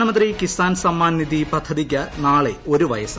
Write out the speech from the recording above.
പ്രധാനമന്ത്രി കിസാൻ സമ്മാൻ നിധി പദ്ധതിയ്ക്ക് നാളെ ഒരു വയസ്സ്